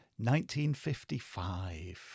1955